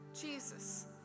Jesus